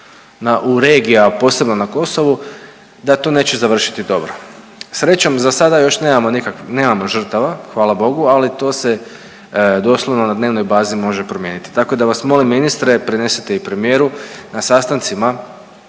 u regijama, a posebno na Kosovu, da to neće završiti dobro. Srećom za sada još nemamo žrtava hvala Bogu, ali to se doslovno na dnevnoj bazi može promijeniti tako da vas molim ministre, prenesite i premijeru, na sastancima